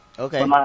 Okay